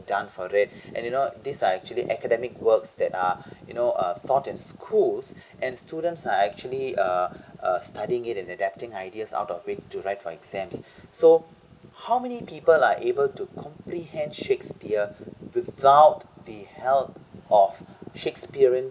done for it and you know these are actually academic works that are you know uh forth in schools and students are actually uh uh studying it and adapting ideas out of it to write for exams so how many people are able to comprehend shakespeare without the help of shakespearean's